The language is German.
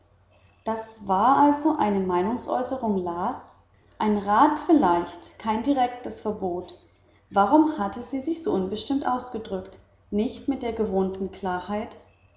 das war also eine meinungsäußerung las ein rat vielleicht kein direktes verbot warum hatte sie sich so unbestimmt ausgedrückt nicht mit der gewohnten klarheit